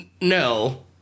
no